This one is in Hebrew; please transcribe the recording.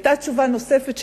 היתה תשובה נוספת שקיבלתי,